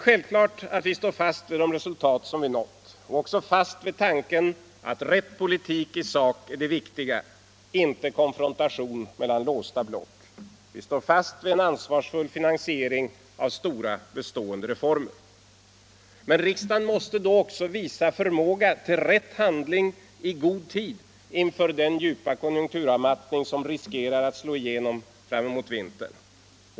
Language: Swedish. Självklart står vi därför fast vid de resultat som vi uppnått, och vi står även fast vid tanken att rätt politik i sak är det viktiga, inte konfrontation mellan låsta block. Likaså står vi fast vid en ansvarsfull finansiering av stora, bestående reformer. Men riksdagen måste då också visa förmåga till rätt handling i god tid inför den djupa konjunkturavmattning som riskerar att slå igenom framemot vintern.